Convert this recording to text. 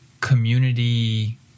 community